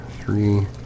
three